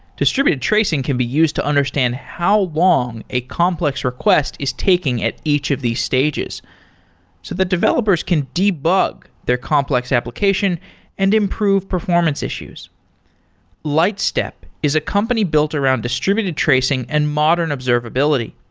distributed tracing can be used to understand how long a complex request is taking at each of these stages, so the developers can debug their complex application and improve performance issues lightstep is a company built around distributed tracing and modern observability.